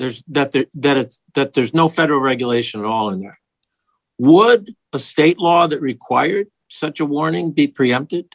there that it's that there's no federal regulation at all and would a state law that required such a warning be preempted